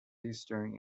eastern